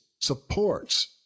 supports